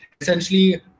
essentially